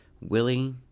Willie